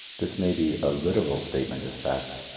this may be a literal statement of fact,